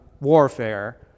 warfare